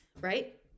right